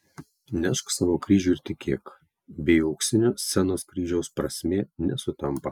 nešk savo kryžių ir tikėk bei auksinio scenos kryžiaus prasmė nesutampa